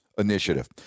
Initiative